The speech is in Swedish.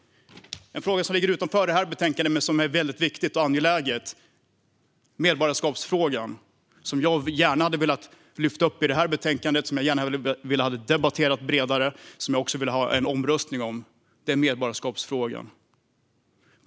En fråga som ligger utanför betänkandet men som är viktig och angelägen är medborgarskapsfrågan, som jag gärna hade velat lyfta upp i betänkandet och debatterat bredare. Jag skulle också vilja ha en omröstning om frågan.